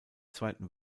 zweiten